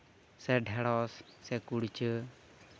ᱥᱮ ᱰᱷᱮᱸᱲᱚᱥ ᱥᱮ ᱠᱩᱲᱪᱟᱹ